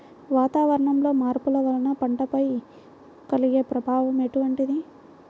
వాతావరణంలో మార్పుల వల్ల పంటలపై కలిగే ప్రభావం ఎటువంటిది?